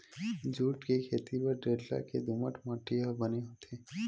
jute के खेती बर डेल्टा के दुमट माटी ह बने होथे